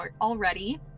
already